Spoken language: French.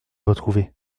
retrouver